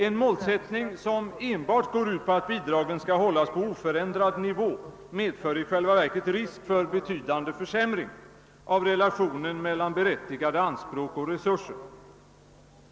En målsättning, som enbart går ut på att bidragen skall hållas på oförändrad nivå, medför i själva verket risk för betydande försämring av relationen mellan berättigade anspråk och resurser.